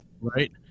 right